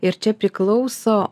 ir čia priklauso